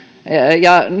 ja